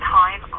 time